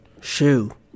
Shoe